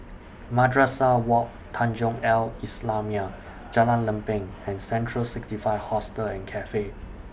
Madrasah Wak Tanjong Al Islamiah Jalan Lempeng and Central sixty five Hostel and Cafe